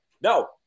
No